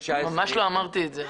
ממש לא אמרתי את זה.